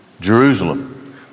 Jerusalem